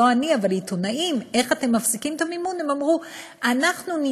לא אני אלא עיתונאים: איך אתם מפסיקים את המימון?